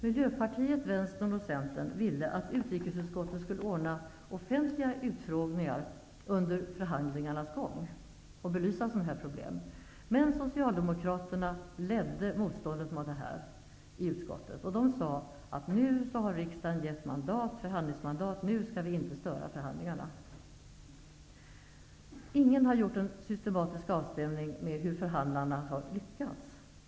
Miljöpartiet, Vänstern och Centern ville att utrikesutskottet skulle ordna offentliga utfrågningar under förhandlingarnas gång och belysa sådana här problem. Socialdemokraterna ledde motståndet mot detta i utskottet. De sade att riksdagen nu har gett förhandlingsmandat och att vi inte skall störa förhandlingarna. Ingen har gjort en systematisk avstämning av hur förhandlarna har lyckats.